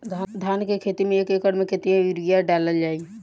धान के खेती में एक एकड़ में केतना यूरिया डालल जाई?